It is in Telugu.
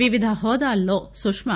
వివిధ హోదాల్లో సుష్మ